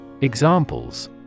Examples